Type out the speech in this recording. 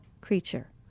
creature